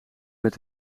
met